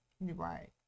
Right